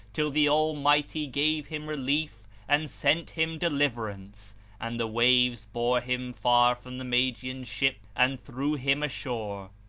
till the almighty gave him relief, and sent him deliverance and the waves bore him far from the magian's ship and threw him ashore.